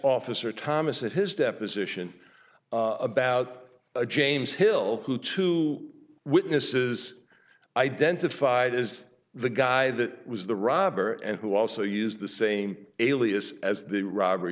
officer thomas at his deposition about james hill who two witnesses identified as the guy that was the robber and who also used the same alias as the robber